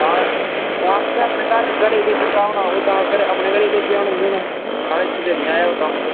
हां तां तुसें अपने घर घरै ई भेजी ओड़ा दा होना ओह् अपने घरै ई भेजेआ होना तुसें तां हां इत्थै ते निं आया ओह् कम्म उप्पर